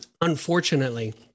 Unfortunately